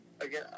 again